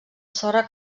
sorra